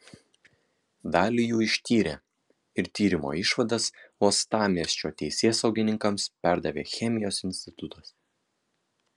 dalį jų ištyrė ir tyrimo išvadas uostamiesčio teisėsaugininkams perdavė chemijos institutas